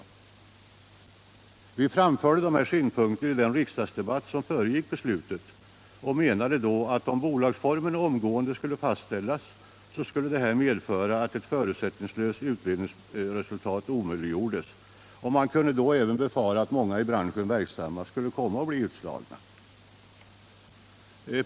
Vi framförde dessa synpunkter i den riksdagsdebatt som föregick beslutet och menade, att om bolagsformen omedelbart skulle fastställas skulle detta medföra att ett förutsättningslöst utredningsresultat omöjliggjordes. Man kunde då även befara att många i branschen verksamma skulle komma att bli utslagna.